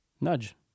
Nudge